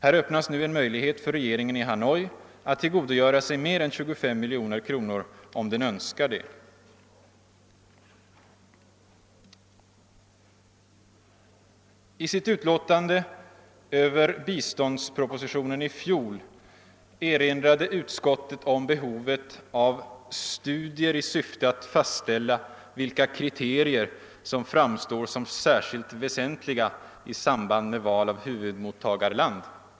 Här öppnas nu en möjlighet för regeringen 1 Hanoi att tillgodogöra sig mer än 25 miljoner kronor om den önskar det. I sitt utlåtande över biståndspropositionen i fjol erinrade utskottet om behovet av studier i syfte att fastställa vilka kriterier som framstod som särskilt väsentliga i samband med val av huvudmottagarland.